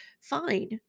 fine